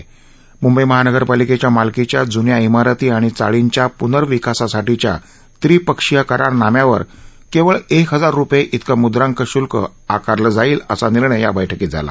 मंंबई महानगरपालिकेच्या मालकीच्या ज्न्या इमारती आणि चाळींच्या प्नर्विकासासाठीच्या त्रिपक्षीय करारनाम्यावर केवळ एक हजार रुपये इतकं मुद्रांक शुल्क आकारलं जाईल असा निर्णय या बैठकीत झाला